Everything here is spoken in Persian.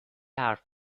حرف